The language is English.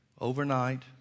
overnight